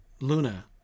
Luna